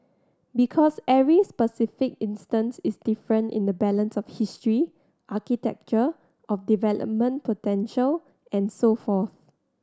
because every specific instance is different in the balance of history architecture of development potential and so forth